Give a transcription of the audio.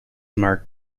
marked